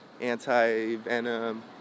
anti-venom